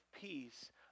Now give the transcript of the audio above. peace